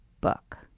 book